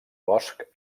bosc